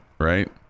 right